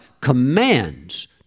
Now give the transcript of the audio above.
commands